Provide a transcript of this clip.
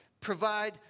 provide